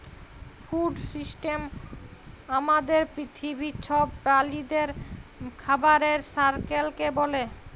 food system আমাদের পিথিবীর ছব প্রালিদের খাবারের সাইকেলকে ব্যলে